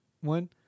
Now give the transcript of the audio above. one